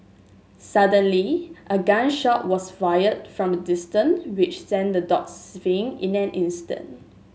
suddenly a gun shot was fired from a distance which sent the dogs in an instant